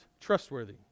trustworthy